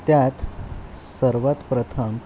त्यात सर्वात प्रथम